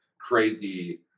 crazy